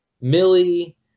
Millie